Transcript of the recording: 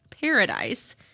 paradise